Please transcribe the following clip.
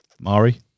Mari